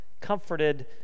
comforted